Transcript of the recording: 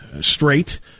straight